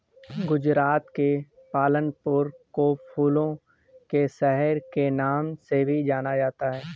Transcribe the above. गुजरात के पालनपुर को फूलों के शहर के नाम से भी जाना जाता है